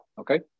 Okay